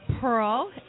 Pearl